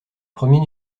premiers